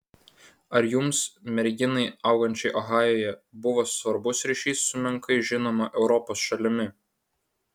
ar jums merginai augančiai ohajuje buvo svarbus ryšys su menkai žinoma europos šalimi